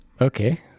Okay